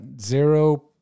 Zero